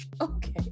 Okay